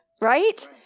right